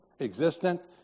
existent